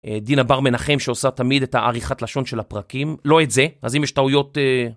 דינה בר מנחם שעושה תמיד את העריכת לשון של הפרקים, לא את זה, אז אם יש טעויות...